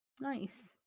nice